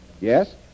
Yes